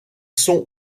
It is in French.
sont